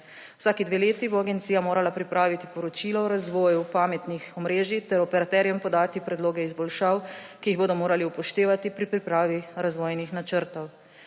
Vsaki dve leti bo agencija morala pripraviti poročilo o razvoju pametnih omrežij ter operaterjem podati predloge izboljšav, ki jih bodo morali upoštevati pri pripravi razvojnih načrtov.